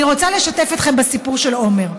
אני רוצה לשתף אתכם בסיפור של עומר.